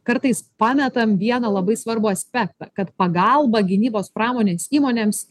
kartais pametam vieną labai svarbų aspektą kad pagalba gynybos pramonės įmonėms